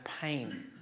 pain